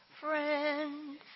friends